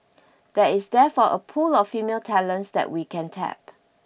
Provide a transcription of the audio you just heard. there is therefore a pool of female talent that we can tap